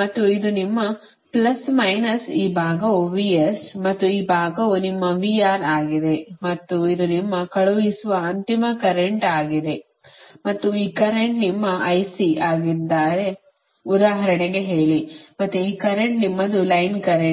ಮತ್ತು ಇದು ನಿಮ್ಮ ಪ್ಲಸ್ ಮೈನಸ್ ಈ ಭಾಗವು VS ಮತ್ತು ಈ ಭಾಗವು ನಿಮ್ಮ VR ಆಗಿದೆ ಮತ್ತು ಇದು ನಿಮ್ಮ ಕಳುಹಿಸುವ ಅಂತಿಮ ಕರೆಂಟ್ ಆಗಿದೆ ಮತ್ತು ಈ ಕರೆಂಟ್ ನಿಮ್ಮ IC ಆಗಿದ್ದರೆ ಉದಾಹರಣೆಗೆ ಹೇಳಿ ಮತ್ತು ಈ ಕರೆಂಟ್ ನಿಮ್ಮದು ಲೈನ್ ಕರೆಂಟ್